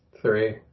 three